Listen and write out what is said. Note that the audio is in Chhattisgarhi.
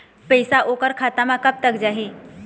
पैसा ओकर खाता म कब तक जाही?